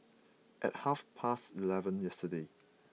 at half past eleven yesterday